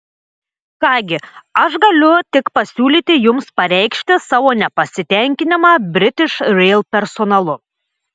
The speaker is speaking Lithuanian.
ką gi aš galiu tik pasiūlyti jums pareikšti savo nepasitenkinimą british rail personalu